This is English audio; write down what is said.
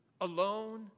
alone